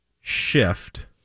Shift